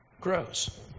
grows